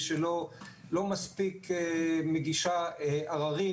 אנחנו כבר יודעים מראש,